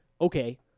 Okay